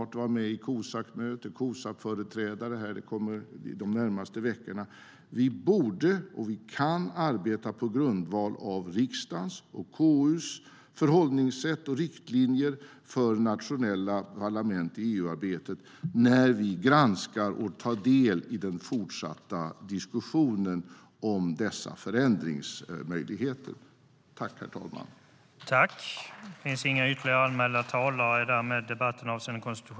Vi från vår sida och från riksdagens sida borde och kan arbeta på grundval av riksdagens och KU:s förhållningssätt och riktlinjer för nationella parlament i EU-arbetet när vi granskar och tar del i den fortsatta diskussionen om dessa förändringsmöjligheter. Överläggningen var härmed avslutad.(Beslut fattades under § 7.